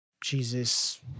Jesus